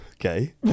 Okay